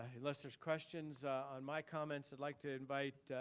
ah unless there's questions on my comments, i'd like to invite